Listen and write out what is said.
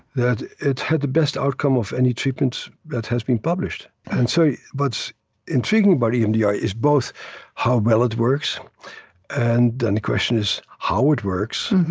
that it had the best outcome of any treatment that has been published and so what's intriguing about emdr is both how well it works and then the question is how it works,